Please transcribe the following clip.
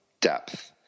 depth